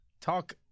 Talk